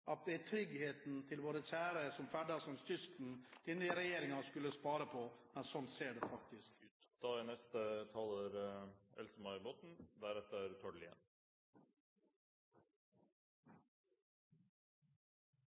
at det er tryggheten til våre kjære som ferdes langs kysten, denne regjeringen skulle spare på, men sånn ser det faktisk ut. Det